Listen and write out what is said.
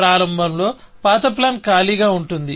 ప్రారంభంలో పాత ప్లాన్ ఖాళీగా ఉంటుంది